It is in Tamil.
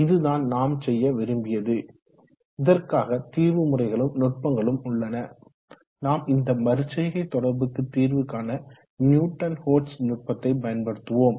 இதுதான் நாம் செய்ய விரும்பியது இதற்காக தீர்வு முறைகளும் நுட்பங்களும் உள்ளன நாம் இந்த மறுசெய்கை தொடர்புக்கு தீர்வு காண நியூட்டன் கோட்ஸ் நுட்பத்தை பயன்படுத்துவோம்